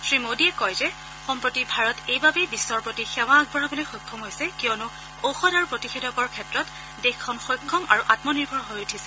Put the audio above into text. শ্ৰীমোদীয়ে কয় যে সম্প্ৰতি ভাৰত এইবাবেই বিশ্বৰ প্ৰতি সেৱা আগবঢ়াবলৈ সক্ষম হৈছে কিয়নো ঔষধ আৰু প্ৰতিষেধকৰ ক্ষেত্ৰত দেশখন সক্ষম আৰু আমনিৰ্ভৰ হৈ উঠিছে